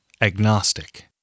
Agnostic